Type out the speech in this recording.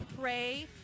pray